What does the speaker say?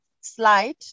slide